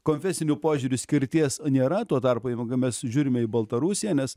konfesiniu požiūriu skirties nėra tuo tarpu jeigu mes žiūrime į baltarusiją nes